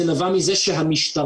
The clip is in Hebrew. זה נבע מזה שהמשטרה,